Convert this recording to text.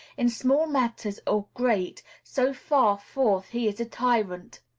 in small matters or great, so far forth he is a tyrant.